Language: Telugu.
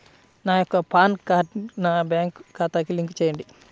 నా యొక్క పాన్ కార్డ్ని నా బ్యాంక్ ఖాతాకి లింక్ చెయ్యండి?